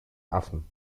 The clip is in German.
affen